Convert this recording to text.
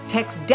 Text